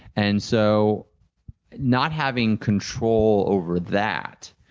and so not having control over that,